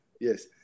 Yes